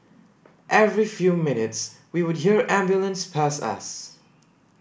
every few minutes we would hear ambulances pass us